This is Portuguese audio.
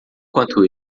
quanto